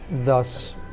thus